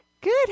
Good